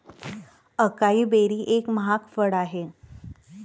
acai berry एक महाग फळ आहे